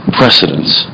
precedence